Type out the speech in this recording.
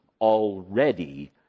already